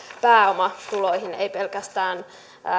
pääomatuloihin ei pelkästään